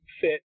fit